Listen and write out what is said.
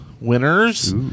winners